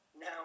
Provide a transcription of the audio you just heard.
Now